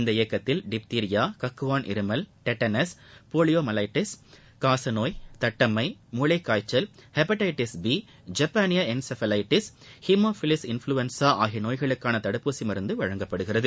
இந்த இயக்கத்தில் டிப்திரியா கக்குவான் இருமல் டெட்டனஸ் போலியோ மைலெட்டிஸ் காசநோய் தட்டம்மை மூளைக்காய்ச்சல் ஹெப்படைடிஸ் பி ஜப்பானிய என்செஃபாலிட்டிஸ் ஹிமோஃபலைஸ் இன்ஃபிலின்சா ஆகிய நோய்களுக்கான தடுப்பூசி மருந்து வழங்கப்படுகிறது